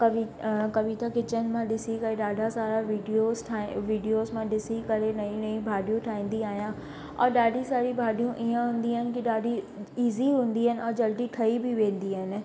कवि कविता किचन मां ॾिसी करे ॾाढा सारा विडियोस ठा विडियोस मां ॾिसी करे नई नई भाॼियूं ठाहींदी आहियां और ॾाढी सारी भाॼियूं ईअं हूंदी आहिनि की ॾाढी इज़ी हूंदी आहिनि ऐं जल्दी ठही बि वेंदी आहिनि